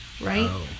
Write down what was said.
right